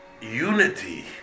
unity